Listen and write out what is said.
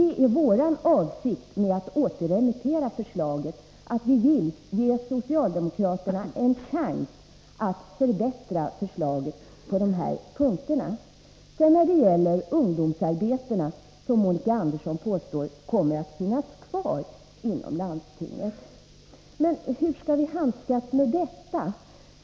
Vår avsikt är att genom att återremittera förslaget ge socialdemokraterna en chans att förbättra förslaget på vissa punkter. Monica Andersson påstår att ungdomsarbeten kommer att finnas kvar inom landstingen. Hur skall vi handskas med detta?